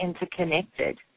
interconnected